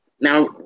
Now